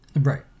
Right